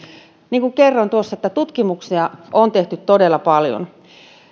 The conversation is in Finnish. niin kuin kerroin tuossa tutkimuksia on tehty todella paljon